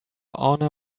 honor